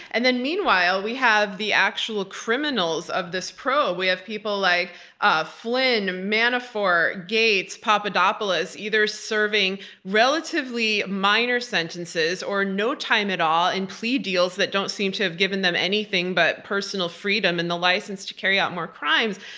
and then meanwhile we have the actual criminals of this probe, we have people like ah flynn, manafort, gates, papadopoulos, either serving relatively minor sentences or no time at all in plea deals that don't seem to have given them anything but personal freedom and the license to carry out more crimes.